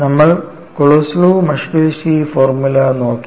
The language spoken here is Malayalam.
നമ്മൾ കൊളോസോവ് മസ്കെലിഷ്വിലി ഫോർമുലേഷൻ നോക്കി